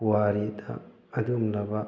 ꯄꯨꯋꯥꯔꯤꯗ ꯑꯗꯨꯒꯨꯝꯂꯕ